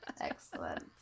Excellent